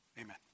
amen